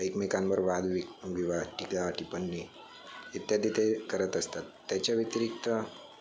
एकमेकांवर वादवि विवाद टीका टिपण्णी इत्यादी ते करत असतात त्याच्या व्यतिरिक्त